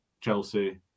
Chelsea